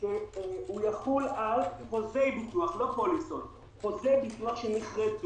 יחול על חוזי ביטוח לא פוליסות שנכרתו,